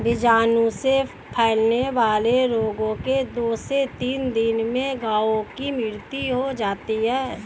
बीजाणु से फैलने वाले रोगों से दो से तीन दिन में गायों की मृत्यु हो जाती है